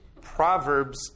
Proverbs